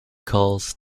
calls